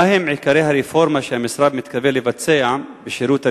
מהם עיקרי הרפורמה שהמשרד מתכוון לבצע בשירות הרווחה,